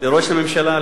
לראש הממשלה,